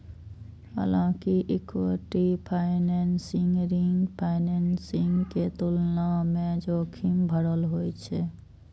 हालांकि equity financing ऋण financing के तुलना मे जोखिम भरल होइ छै